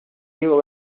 diego